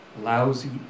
Lousy